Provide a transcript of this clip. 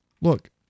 look